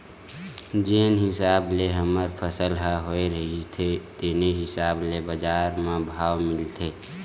जेन हिसाब ले हमर फसल ह होए रहिथे तेने हिसाब ले बजार म भाव मिलथे